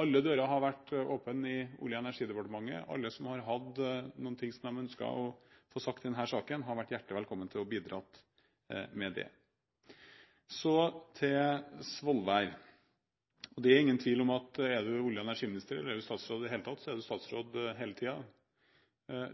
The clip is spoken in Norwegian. Alle dører har vært åpne i Olje- og energidepartementet. Alle som har hatt noe de har ønsket å få sagt i denne saken, har vært hjertelig velkommen til å bidra med det. Så til Svolvær: Det er ingen tvil om at hvis man er olje- og energiminister, eller statsråd i det hele tatt, er man statsråd hele tiden.